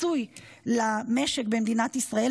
לפיצוי למשק במדינת ישראל,